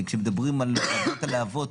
כשמדברים על הורדת הלהבות,